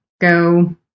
go